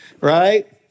right